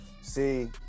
See